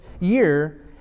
year